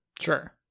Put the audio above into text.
sure